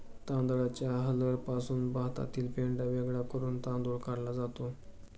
तांदळाच्या हलरपासून भातातील पेंढा वेगळा करून तांदूळ काढला जातो